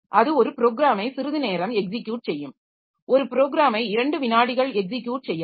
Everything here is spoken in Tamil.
அது ஒரு ப்ரோக்ராமை சிறிது நேரம் எக்ஸிக்யுட் செய்யும் ஒரு ப்ரோக்ராமை 2 வினாடிகள் எக்ஸிக்யுட் செய்யலாம்